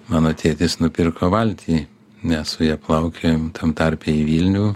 mano tėtis nupirko valtį mes su ja plaukiojom tam tarpe į vilnių